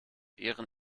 ehren